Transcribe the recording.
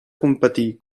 competir